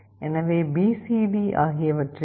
எனவே B C D ஆகியவற்றை we